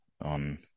on